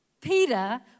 Peter